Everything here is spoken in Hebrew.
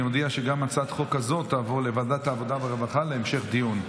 אני מודיע שגם הצעת החוק הזאת תעבור לוועדת העבודה והרווחה להמשך דיון.